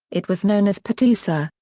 it was known as pityoussa,